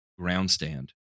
groundstand